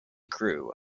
grew